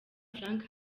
frank